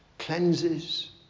cleanses